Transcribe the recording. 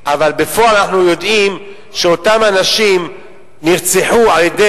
אבל בפועל אנחנו יודעים שאותם אנשים נרצחו על-ידי